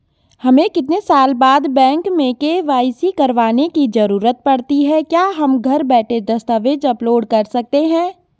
हमें कितने साल बाद बैंक में के.वाई.सी करवाने की जरूरत पड़ती है क्या हम घर बैठे दस्तावेज़ अपलोड कर सकते हैं?